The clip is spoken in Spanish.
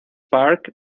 park